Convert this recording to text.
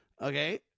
okay